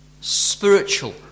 spiritual